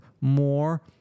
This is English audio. more